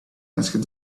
asked